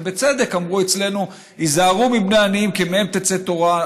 ובצדק אמרו אצלנו "היזהרו בבני עניים כי מהם תצא תורה".